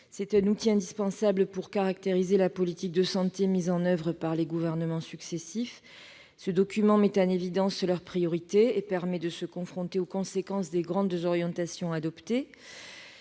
C'est un outil indispensable pour caractériser la politique de santé mise en oeuvre par les gouvernements successifs. Ce document met en évidence leurs priorités et permet de se confronter aux conséquences des grandes orientations adoptées.